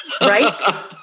Right